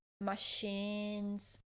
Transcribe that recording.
machines